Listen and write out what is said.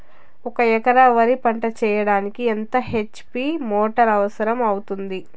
ఒక ఎకరా వరి పంట చెయ్యడానికి ఎంత హెచ్.పి మోటారు అవసరం అవుతుంది?